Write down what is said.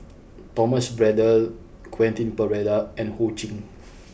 Thomas Braddell Quentin Pereira and Ho Ching